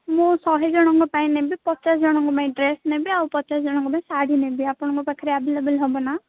ମୁଁ ଶହେ ଜଣଙ୍କ ପାଇଁ ନେବି ପଚାଶ ଜଣଙ୍କ ପାଇଁ ଡ୍ରେସ୍ ନେବି ଆଉ ପଚାଶ ଜଣଙ୍କ ପାଇଁ ଶାଢ଼ୀ ନେବି ଆପଣଙ୍କ ପାଖରେ ଅଭେଲେବୁଲ୍ ହେବ ନା